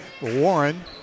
Warren